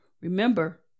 Remember